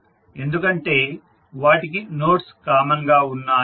ఎందుకంటే వాటికి nodes common గా వున్నాయి